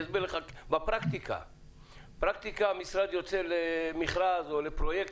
בפרקטיקה המשרד יוצא למכרז או לפרויקט